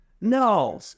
No